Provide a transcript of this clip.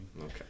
Okay